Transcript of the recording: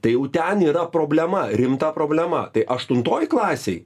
tai jau ten yra problema rimta problema tai aštuntoj klasėj